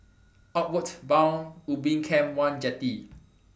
Outward Bound Ubin Camp one Jetty